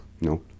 No